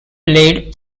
played